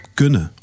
kunnen